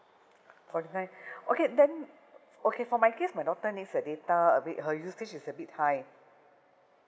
forty nine okay then okay for my case my daughter needs the data a bit her usage is a bit high